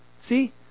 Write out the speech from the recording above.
See